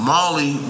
Molly